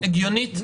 הגיונית,